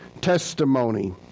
testimony